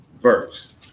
verse